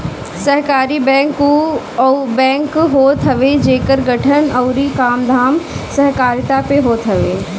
सहकारी बैंक उ बैंक होत हवे जेकर गठन अउरी कामधाम सहकारिता पे होत हवे